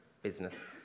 business